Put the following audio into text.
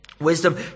Wisdom